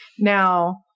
Now